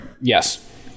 Yes